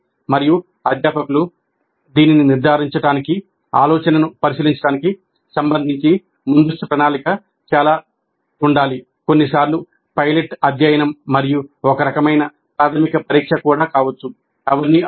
మరియు అధ్యాపకులు దీనిని నిర్ధారించడానికి ఆలోచనను పరిశీలించడానికి సంబంధించి ముందస్తు ప్రణాళిక చాలా ఉంది కొన్నిసార్లు పైలట్ అధ్యయనం మరియు ఒక రకమైన ప్రాథమిక పరీక్ష కూడా కావచ్చు అవన్నీ అవసరం